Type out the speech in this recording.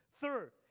Third